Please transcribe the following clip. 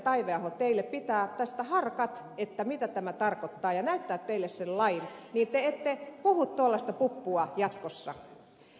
taiveaho teille pitää tästä harkat mitä tämä tarkoittaa ja näyttää teille sen lain niin että te ette puhu tuollaista puppua jatkossa